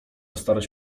starość